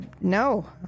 No